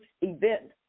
event